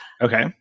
Okay